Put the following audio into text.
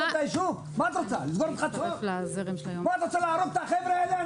את רוצה להרוג את החבר'ה האלה,